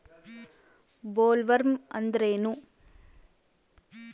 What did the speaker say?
Bollworm ಅಂದ್ರೇನು?